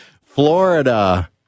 Florida